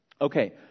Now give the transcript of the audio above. Okay